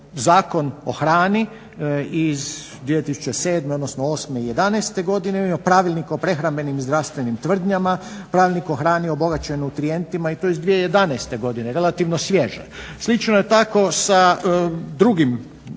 Zakon o hrani iz 2007.odnosno osme i jedanaeste godine, imamo Pravilnik o prehrambenim i zdravstvenim tvrdnjama, Pravilnik o hrani obogaćenoj nutrijentima i to iz 2011.godine relativno svježe. Slično je tako sa drugim nekim